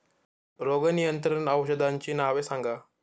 रोग नियंत्रण औषधांची नावे सांगा?